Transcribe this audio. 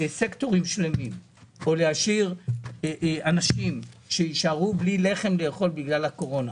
סקטורים שלמים או אנשים שיישארו בלי לחם לאכול בגלל הקורונה.